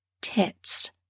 Tits